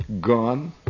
Gone